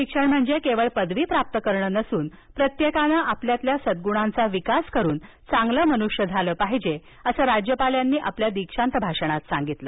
शिक्षण म्हणजे केवळ पदवी प्राप्त करणे नसून प्रत्येकाने आपल्यातील सद्दुणांचा विकास करून चांगले मनुष्य झाले पाहिजे असं राज्यपालांनी आपल्या दीक्षांत भाषणात सांगितलं